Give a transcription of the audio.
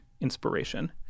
inspiration